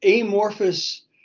amorphous